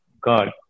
God